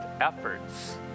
efforts